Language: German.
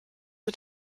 mit